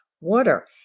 water